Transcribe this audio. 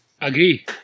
agree